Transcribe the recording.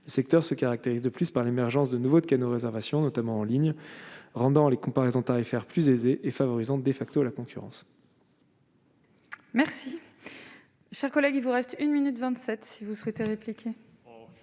secteur se caractérise de plus par l'émergence de nouveaux canaux réservations notamment en ligne, rendant les comparaisons tarifaires plus aisée et favorisant de facto à la concurrence. Merci, chers collègues, il vous reste une minute 27 si vous souhaitez réplique.